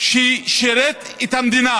ששירת את המדינה